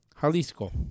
Jalisco